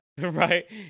Right